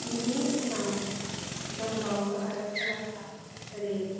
बिनि उनाव दंबावो आरो खोलाहा ओरै